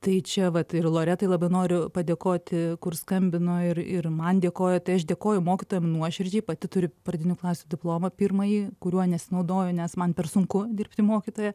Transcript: tai čia vat ir loretai labai noriu padėkoti kur skambino ir ir man dėkojo tai aš dėkoju mokytojam nuoširdžiai pati turi pradinių klasių diplomą pirmąjį kuriuo nesinaudoju nes man per sunku dirbti mokytoja